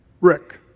Rick